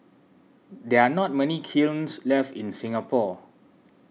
there are not many kilns left in Singapore